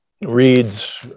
reads